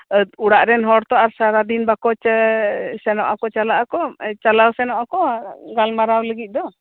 ᱟᱛᱩ ᱚᱲᱟᱜ ᱨᱮᱱ ᱦᱚᱲ ᱛᱚ ᱥᱟᱨᱟᱫᱤᱱ ᱵᱟᱠᱚ ᱪᱮ ᱥᱮᱱᱚᱜᱼᱟᱠᱚ ᱪᱟᱞᱟᱜᱼᱟᱠᱚ ᱪᱟᱞᱟᱣ ᱥᱮᱱᱚᱜᱼᱟᱠᱚ ᱜᱟᱞᱢᱟᱨᱟᱣ ᱞᱟᱜᱤᱜ ᱫᱚ